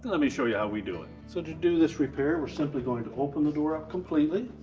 let me show you how we do it. so to do this repair, we're simply going to open the door up completely.